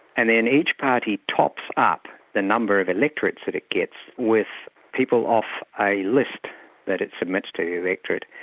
and then each party tops up the number of electorates that it gets with people off a list that it submits to the electorate,